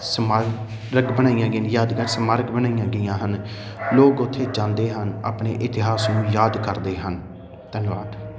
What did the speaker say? ਸਮਾਰਕ ਬਣਾਈਆਂ ਗਈਆਂ ਯਾਦਗਾਰ ਸਮਾਰਕ ਬਣਾਈਆਂ ਗਈਆਂ ਹਨ ਲੋਕ ਉੱਥੇ ਜਾਂਦੇ ਹਨ ਆਪਣੇ ਇਤਿਹਾਸ ਨੂੰ ਯਾਦ ਕਰਦੇ ਹਨ ਧੰਨਵਾਦ